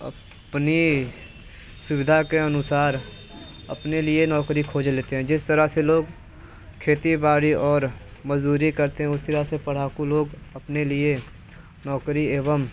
अपनी सुविधा के अनुसार अपने लिए नौकरी खोज लेते हैं जिस तरह से लोग खेती बाड़ी और मज़दूरी करते हैं उसी तरह से पढ़ाकू लोग अपने लिए नौकरी एवं